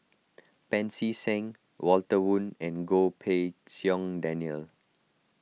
Pancy Seng Walter Woon and Goh Pei Siong Daniel